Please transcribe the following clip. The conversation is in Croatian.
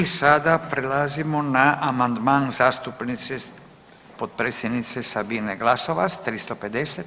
I sada prelazimo na amandman zastupnice potpredsjednice Sabine Glasovac 350.